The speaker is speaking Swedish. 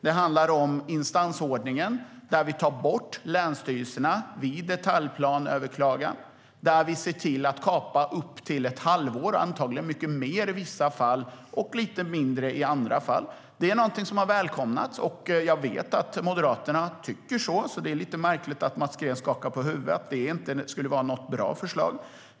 Det handlar om instansordningen, där vi tar bort länsstyrelserna vid överklagande av detaljplaner och där vi ser till att kapa upp till ett halvår. Antagligen handlar det om mycket mer i vissa fall och lite mindre i andra fall. Det är någonting som har välkomnats. Jag vet att Moderaterna tycker att det är bra. Det är därför lite märkligt att Mats Green skakar på huvudet som att det inte skulle vara något bra förslag.